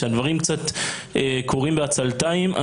שהדברים קצת קורים בעצלתיים.